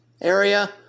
area